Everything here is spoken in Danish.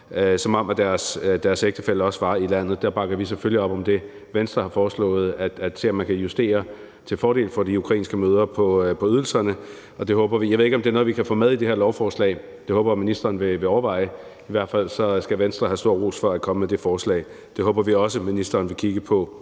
som om deres ægtefælle også er i landet. Der bakker vi selvfølgelig op om det, som Venstre har foreslået, nemlig at se på, om man kan justere ydelserne til fordel for de ukrainske mødre. Jeg ved ikke, om det er noget, vi kan få med i det her lovforslag, men det håber jeg at ministeren vil overveje. I hvert fald skal Venstre have stor ros for at være kommet med det forslag. Det håber vi også at ministeren ud over